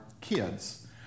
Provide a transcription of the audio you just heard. kids